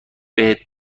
بهت